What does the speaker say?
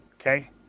Okay